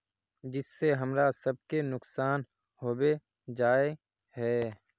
जिस से हमरा सब के नुकसान होबे जाय है?